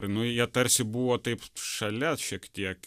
nu jie tarsi buvo taip šalia šiek tiek